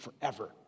forever